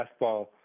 fastball